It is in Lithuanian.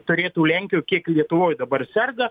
turėtų lenkijoj kiek lietuvoj dabar serga